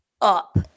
up